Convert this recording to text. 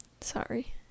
Sorry